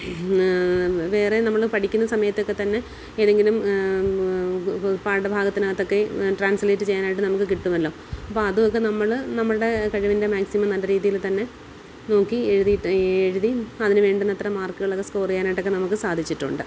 വേറെ നമ്മൾ പഠിക്കുന്ന സമയത്തൊക്കെ തന്നെ ഏതെങ്കിലും പാഠ ഭാഗത്തിനകത്തൊക്കെ ട്രാൻസിലേറ്റ് ചെയ്യാൻ ആയിട്ട് നമുക്ക് കിട്ടുമല്ലോ അപ്പോൾ അതൊക്കെ നമ്മൾ നമ്മളുടെ കഴിവിൻ്റെ മാക്സിമം നല്ല രീതിയിൽ തന്നെ നോക്കി എഴുതിയിട്ട് എഴുതി അതിന് വേണ്ട അത്ര മാർക്കുകളൊക്കെ സ്കോറ് ചെയ്യാൻ ആയിട്ടൊക്കെ നമുക്ക് സാധിച്ചിട്ടുണ്ട്